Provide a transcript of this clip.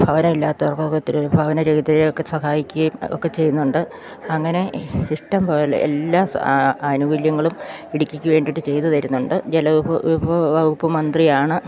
ഭവന ഇല്ലാത്തവർകൊക്കെ ഒത്തിരി ഭവന രഹിതരെയൊക്കെ സഹായിക്കുകയും ഒക്കെ ചെയ്യുന്നുണ്ട് അങ്ങനെ ഇഷ്ടം പോലെ എല്ലാ ആനുകൂല്യങ്ങളും ഇടക്കിടയ്ക്ക് വേണ്ടിയിട്ട് ചെയ്തു തരുന്നുണ്ട് ജല വിഭവ വകുപ്പ് മന്ത്രിയാണ്